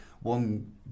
one